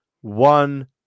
one